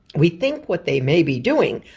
we think what they may be doing,